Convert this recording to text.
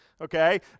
okay